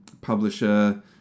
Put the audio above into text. publisher